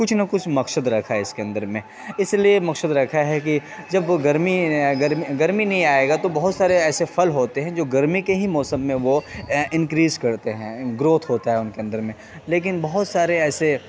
کچھ نہ کچھ مقصد رکھا ہے اس کے اندر میں اس لیے مقصد رکھا ہے کہ جب وہ گرمی گرمی گرمی نہیں آئے گا تو بہت سارے ایسے پھل ہوتے ہیں جو گرمی کے ہی موسم میں وہ انکریز کرتے ہیں گروتھ ہوتا ہے ان کے اندر میں لیکن بہت سارے ایسے